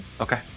Okay